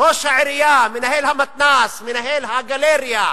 ראש העירייה, מנהל המתנ"ס, מנהל הגלריה,